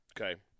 Okay